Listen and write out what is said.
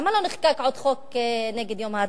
למה עוד לא נחקק חוק נגד יום האדמה?